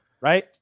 Right